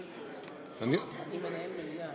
אני חושב, בנושאים האלה.